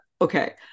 okay